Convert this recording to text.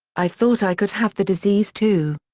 i thought i could have the disease too.